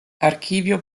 archivio